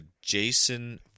Jason